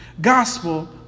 gospel